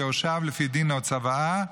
ליורשיו לפי דין או צוואה.